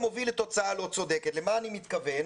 מוביל לתוצאה לא צודקת ואומר למה אני מתכוון.